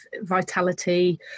vitality